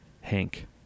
hank